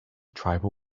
tribal